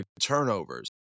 turnovers